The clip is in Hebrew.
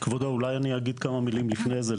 כבודו אולי אני אגיד כמה מילים לפני זה,